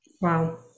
Wow